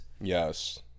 Yes